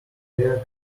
hair